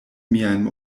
miajn